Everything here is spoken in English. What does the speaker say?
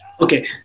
Okay